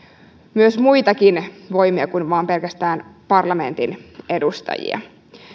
myös muitakin voimia kuin vain pelkästään parlamentin edustajia